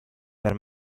per